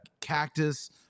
cactus